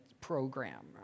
program